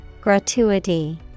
Gratuity